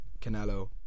Canelo